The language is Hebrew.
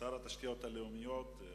התשתיות הלאומיות,